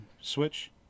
Switch